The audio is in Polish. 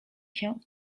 się